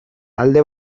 alde